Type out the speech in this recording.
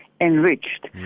enriched